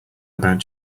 about